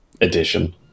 edition